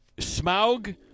Smaug